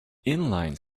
inline